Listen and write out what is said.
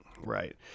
Right